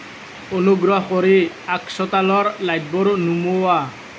অনুগ্ৰহ কৰি আগচোতালৰ লাইটবোৰ নুমুওৱা